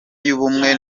y’ubumwe